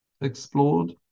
explored